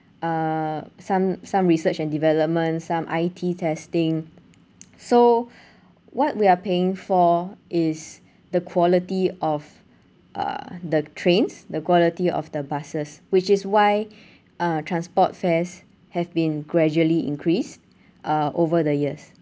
uh some some research and development some I_T testing so what we are paying for is the quality of uh the trains the quality of the buses which is why uh transport fares have been gradually increase uh over the years